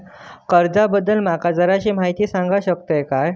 कर्जा बद्दल माका जराशी माहिती सांगा शकता काय?